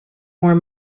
more